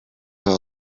were